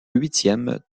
huitième